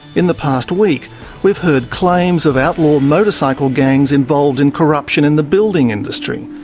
in the past week we've heard claims of outlaw motorcycle gangs involved in corruption in the building industry,